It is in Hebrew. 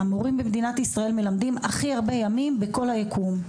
המורים במדינת ישראל מלמדים הכי הרבה ימים בכל היקום.